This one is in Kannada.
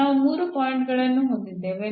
ನಾವು ಮೂರು ಪಾಯಿಂಟ್ ಗಳನ್ನು ಹೊಂದಿದ್ದೇವೆ